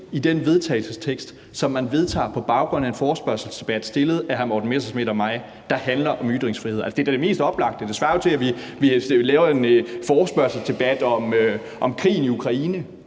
i den vedtagelsestekst, som man vedtager på baggrund af en forespørgselsdebat rejst af hr. Morten Messerschmidt og mig, der handler om ytringsfrihed? Altså, det er da det mest oplagte. Det svarer jo til, at vi laver en forespørgselsdebat om krigen i Ukraine